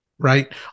Right